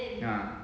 ah